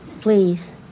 Please